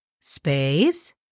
space